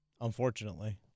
Unfortunately